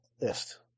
list